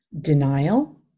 denial